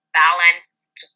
balanced